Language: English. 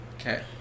okay